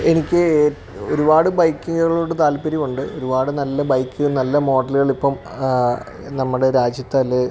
എനിക്ക് ഒരുപാട് ബൈക്കുകളോട് താൽപ്പര്യമുണ്ട് ഒരുപാട് നല്ല ബൈക്ക് നല്ല മോഡലുകളിപ്പോള് നമ്മുടെ രാജ്യത്തില്